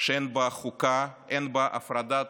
שאין בה חוקה, אין בה הפרדת